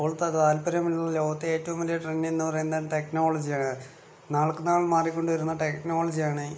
ഇപ്പോൾത്തെ താല്പര്യമുള്ള ലോകത്തിലെ ഏറ്റവും വലിയ ട്രെൻഡ്ന്ന് പറയുന്നേ ടെക്നോളജിയാണ് നാൾക്ക് നാൾ മാറിക്കൊണ്ടുവരുന്ന ടെക്നോളജിയാണ്